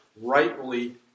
rightly